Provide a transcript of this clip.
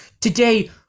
today